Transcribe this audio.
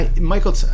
Michael